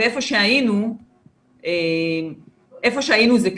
איפה שהיינו זה כאן,